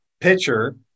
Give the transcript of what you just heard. pitcher